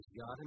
God